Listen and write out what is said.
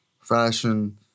fashion